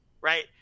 right